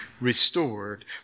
restored